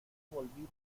volví